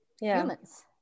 humans